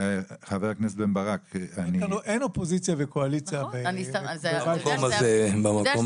אין אופוזיציה וקואליציה ---- במקום הזה לגמרי.